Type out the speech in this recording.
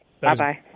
Bye-bye